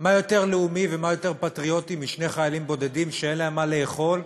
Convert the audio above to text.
מה יותר לאומי ומה יותר פטריוטי משני חיילים בודדים שאין להם מה לאכול,